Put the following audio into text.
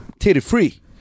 Titty-free